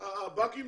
אתיופיה,